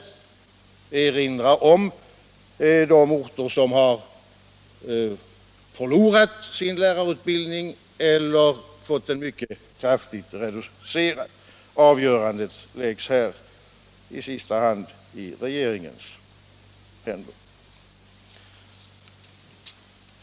Jag erinrar om de orter som har förlorat sin lärarutbildning eller fått den mycket kraftigt reducerad. Avgörandet läggs här i sista hand i regeringens händer.